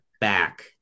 back